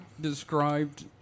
described